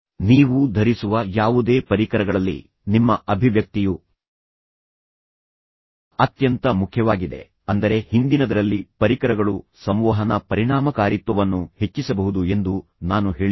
ನೀವು ಧರಿಸುವ ಯಾವುದೇ ಪರಿಕರಗಳಲ್ಲಿ ನಿಮ್ಮ ಅಭಿವ್ಯಕ್ತಿಯು ಅತ್ಯಂತ ಮುಖ್ಯವಾಗಿದೆ ಅಂದರೆ ಹಿಂದಿನದರಲ್ಲಿ ಪರಿಕರಗಳು ಸಂವಹನ ಪರಿಣಾಮಕಾರಿತ್ವವನ್ನು ಹೆಚ್ಚಿಸಬಹುದು ಎಂದು ನಾನು ಹೇಳಿದ್ದೇನೆ